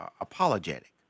apologetic